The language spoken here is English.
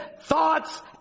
thoughts